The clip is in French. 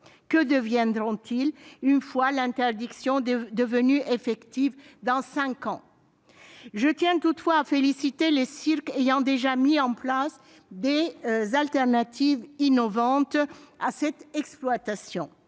Que deviendront-ils dans cinq ans, une fois l'interdiction devenue effective ? Je tiens toutefois à féliciter les cirques ayant déjà mis en place des alternatives innovantes à cette exploitation.